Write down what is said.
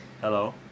Hello